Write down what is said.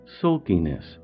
sulkiness